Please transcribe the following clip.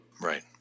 Right